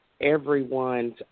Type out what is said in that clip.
everyone's